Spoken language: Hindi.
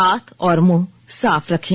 हाथ और मुंह साफ रखें